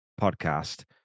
podcast